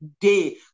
day